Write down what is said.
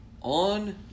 On